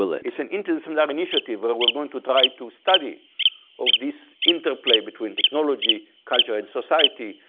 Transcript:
it's an interdisciplinary initiative, where we're going to try to study of this interplay between technology, culture, and society.